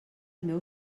meu